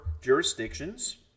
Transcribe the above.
jurisdictions